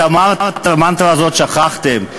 את המנטרה הזאת שכחתם.